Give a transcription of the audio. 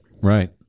Right